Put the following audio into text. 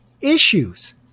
issues